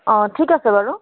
অঁ ঠিক আছে বাৰু